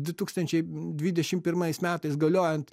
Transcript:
sdu tūkstančiai dvidešim pirmais metais galiojant